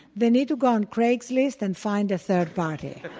they need to go on craigslist and find a third party.